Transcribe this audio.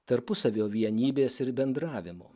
tarpusavio vienybės ir bendravimo